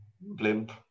blimp